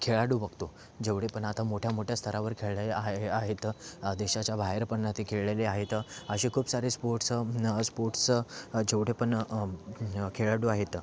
खेळाडू बघतो जेवढे पण आता मोठ्या मोठ्या स्तरावर खेळलेले आहे आहेत देशाच्या बाहेर पण ते खेळलेले आहेत असे खूप सारे स्पोर्ट्स स्पोर्ट्स जेवढे पण खेळाडू आहेत